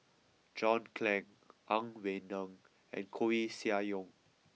John Clang Ang Wei Neng and Koeh Sia Yong